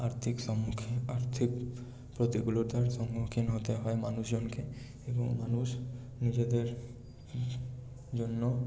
আর্থিক সম্মুখীন আর্থিক প্রতিকূলতার সম্মুখীন হতে হয় মানুষজনকে এবং মানুষ নিজেদের জন্য